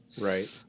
Right